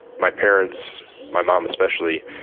my parents my mom especially,